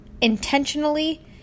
intentionally